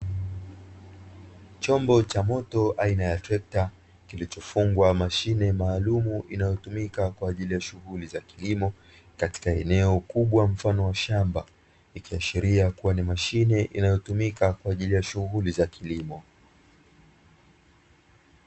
Chombo cha moto aina ya trekta kilicho fungwa mashine maalumu inayotumika kwa ajili ya shughuli za kilimo katika eneo kubwa mfano wa shamba, ikiashiria kuwa ni mashine inayotumika kwa ajili ya shughuli za kilimo.